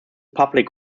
public